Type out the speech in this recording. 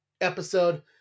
episode